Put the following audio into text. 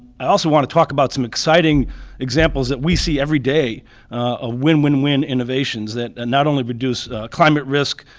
i also want to talk about some exciting examples that we see every day of ah win, win, win innovations that and not only reduce climate risk,